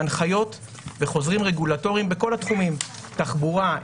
הנחיות וחוזרים רגולטורים בכל התחומים: תחבורה,